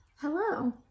Hello